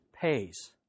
pays